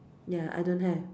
ya I don't have